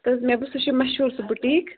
تہٕ حظ مےٚ بوٗز سُہ چھُ مَشہوٗر سُہ بُٹیٖک